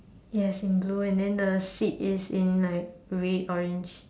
yes in blue and then the seed is in like red orange